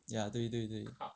对对对